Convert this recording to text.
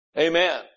Amen